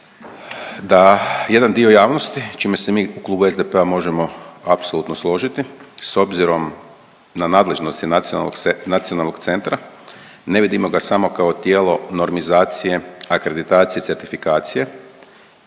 da jedan dio javnosti, čime se mi u Klubu SDP-a možemo apsolutno složiti, s obzirom na nadležnost nacionalnog centra, ne vidimo ga samo kao tijelo normizacije, akreditacije i certifikacije,